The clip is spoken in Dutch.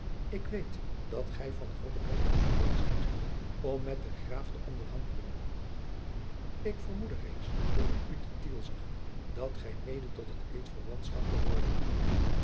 ik weet dat gij van grobbendonck gezonden zijt om met den graaf te onderhandelen ik vermoedde reeds toen ik u te tiel zag dat gij mede tot het eedverwantschap behoorde